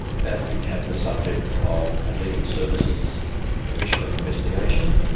that became the subject of a legal services commissioner investigation.